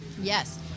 Yes